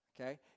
Okay